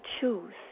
choose